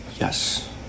Yes